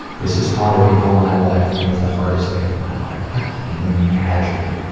this has haunted me all my life and was the hardest day of my life. i can't imagine